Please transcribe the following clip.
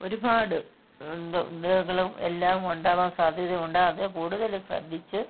ഒരുപാട് എന്തോ എന്തെങ്കിലും എല്ലാം ഉണ്ടാകാൻ സാദ്ധ്യത ഉണ്ട് അതു കൂടുതൽ ശ്രദ്ധിച്ച്